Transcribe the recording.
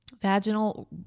vaginal